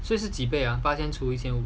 所以是几倍 ah 八千除一千五